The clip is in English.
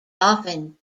often